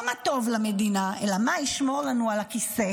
לא מה טוב למדינה, אלא מה ישמור לנו על הכיסא,